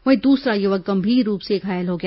वहीं दूसरा युवक गंभीर रूप से घायल हो गया